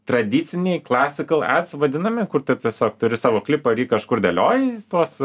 tradiciniai klesikal ets vadinami kur tu tiesiog turi savo klipą ir jį kažkur dėlioji tuos